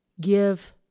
give